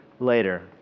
later